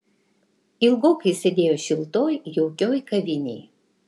ilgokai sėdėjo šiltoj jaukioj kavinėj